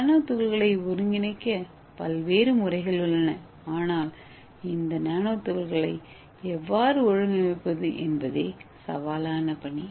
நானோ துகள்களை ஒருங்கிணைக்க பல்வேறு முறைகள் உள்ளன ஆனால் இந்த நானோ துகள்களை எவ்வாறு ஒழுங்கமைப்பது என்பது சவாலான பணி